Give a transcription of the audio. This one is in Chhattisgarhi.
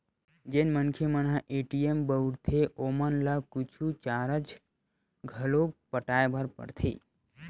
जेन मनखे मन ह ए.टी.एम बउरथे ओमन ल कुछु चारज घलोक पटाय बर परथे